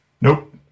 Nope